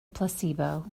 placebo